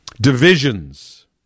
Divisions